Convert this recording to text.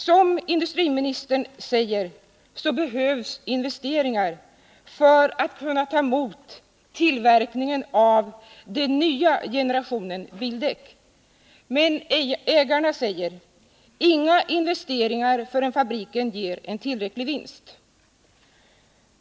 Som industriministern säger behövs investeringar för att kunna ta emot en tillverkning av den nya generationen bildäck. Men ägarna säger: Inga investeringar förrän fabriken ger tillräcklig vinst.